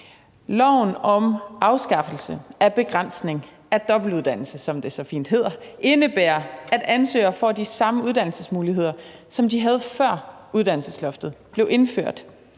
Loven om afskaffelse af begrænsning af dobbeltuddannelse, som det så fint hedder, indebærer, at ansøgere får de samme uddannelsesmuligheder, som de havde, før uddannelsesloftet blev indført.